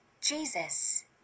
Jesus